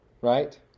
right